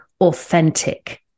authentic